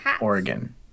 Oregon